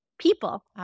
People